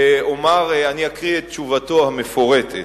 אני אקריא את תשובתו המפורטת: